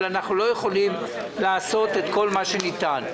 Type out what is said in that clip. אבל אנחנו לא יכולים לעשות כל מה שניתן.